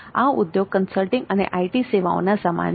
આ ઉદ્યોગ કન્સલ્ટિંગ અને આઈટી સેવાઓના સમાન છે